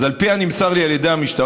אז על פי הנמסר לי על ידי המשטרה,